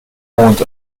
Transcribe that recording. mond